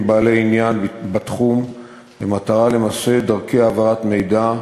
בעלי עניין בתחום במטרה למסד דרכי העברת מידע,